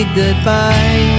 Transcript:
goodbye